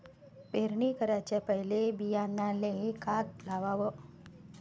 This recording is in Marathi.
पेरणी कराच्या पयले बियान्याले का लावाव?